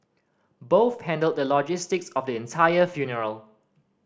both handled the logistics of the entire funeral